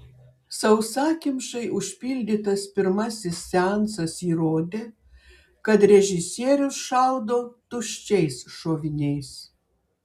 sausakimšai užpildytas pirmasis seansas įrodė kad režisierius šaudo tuščiais šoviniais